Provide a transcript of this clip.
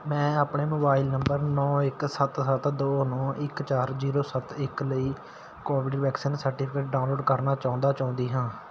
ਮੈਂ ਆਪਣੇ mobile number ਨੌ ਇੱਕ ਸੱਤ ਸੱਤ ਦੋ ਨੌ ਇੱਕ ਚਾਰ ਜ਼ੀਰੋ ਸੱਤ ਇੱਕ ਲਈ ਕੋਵਿਡ ਵੈਕਸੀਨ ਸਰਟੀਫਿਕੇਟ ਡਾਊਨਲੋਡ ਕਰਨਾ ਚਾਹੁੰਦਾ ਚਾਹੁੰਦੀ ਹਾਂ